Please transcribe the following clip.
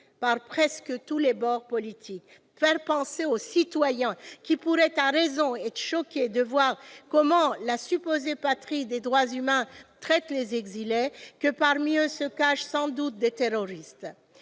par presque tous les bords politiques. Faire penser aux citoyens, qui pourraient être à raison choqués de voir comment la supposée patrie des droits humains traite les exilés, que, parmi ces derniers, se cachent sans doute des terroristes